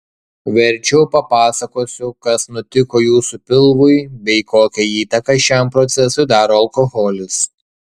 verčiau papasakosiu kas nutiko jūsų pilvui bei kokią įtaką šiam procesui daro alkoholis